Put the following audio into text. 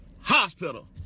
hospital